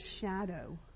shadow